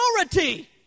authority